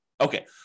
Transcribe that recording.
Okay